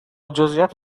جزییات